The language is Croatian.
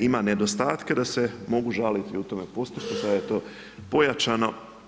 ima nedostatke da se mogu žaliti u tome postupku, sada je to pojačano.